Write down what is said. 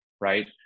right